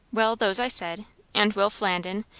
well, those i said and will flandin,